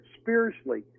spiritually